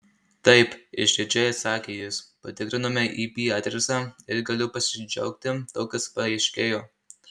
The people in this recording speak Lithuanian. taip išdidžiai atsakė jis patikrinome ip adresą ir galiu pasidžiaugti daug kas paaiškėjo